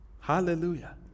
Hallelujah